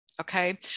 Okay